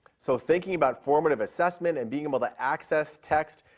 so thinking about formative assessment and being able to access text,